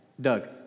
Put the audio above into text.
Doug